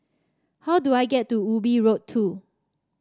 how do I get to Ubi Road Two